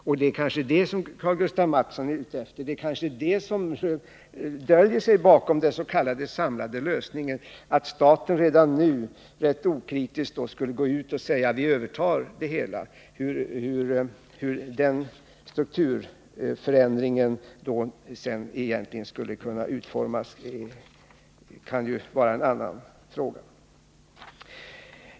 Kanske är det detta som Karl-Gustaf Mathsson är ute efter och kanske är det detta som döljer sig bakom den s.k. samlande lösningen: att staten redan nu rätt okritiskt skulle gå ut och säga att den övertar det hela. Hur den strukturförändringen skulle kunna utformas är ju en annan fråga.